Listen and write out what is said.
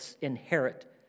inherit